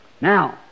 Now